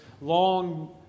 long